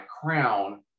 crown